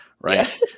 right